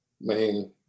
Man